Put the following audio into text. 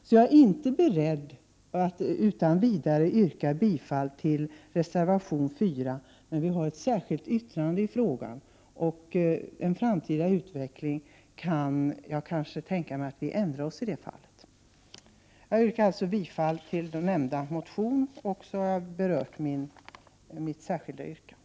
Jag är därför inte beredd att utan vidare stödja reservation 4, men vi har ett särskilt yttrande i den frågan, och i framtiden kan vi kanske ändra oss på den punkten. Jag yrkar alltså bifall till reservation 2, och jag har även berört mitt särskilda yttrande.